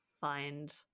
find